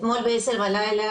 אתמול בעשר בלילה,